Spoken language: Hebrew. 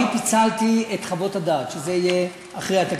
אני פיצלתי את חוות הדעת, שזה יהיה אחרי התקציב.